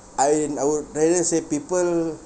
I and our parents say people